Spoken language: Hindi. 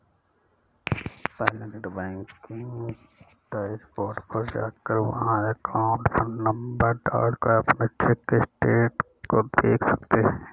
पहले नेटबैंकिंग डैशबोर्ड पर जाकर वहाँ अकाउंट नंबर डाल कर अपने चेक के स्टेटस को देख सकते है